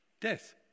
death